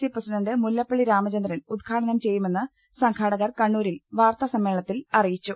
C president Mullappally Ramachandran ഉദ്ഘാടനം ചെയ്യുമെന്ന് സംഘാടകർ കണ്ണൂരിൽ വാർത്താസമ്മേളനത്തിൽ അറിയിച്ചു